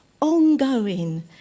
ongoing